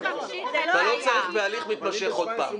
אתה לא צריך בהליך מתמשך עוד פעם.